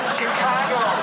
Chicago